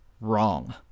wrong